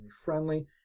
friendly